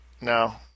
No